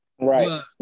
Right